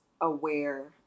aware